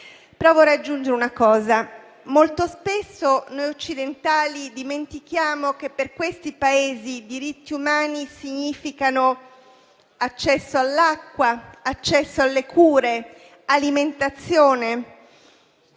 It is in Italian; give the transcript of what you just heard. Provo ad aggiungere una riflessione. Molto spesso noi occidentali dimentichiamo che per quei Paesi i diritti umani significano accesso all'acqua, alle cure e all'alimentazione